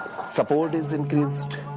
support has increased,